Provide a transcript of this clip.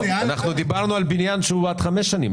אנחנו דיברנו על בניין שהוא עד חמש שנים.